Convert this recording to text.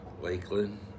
Lakeland